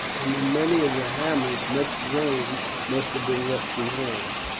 and in many of the hamlets much grain must have been left behind,